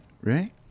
right